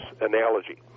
analogy